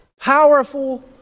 powerful